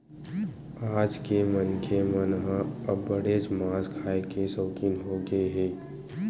आज के मनखे मन ह अब्बड़ेच मांस खाए के सउकिन होगे हे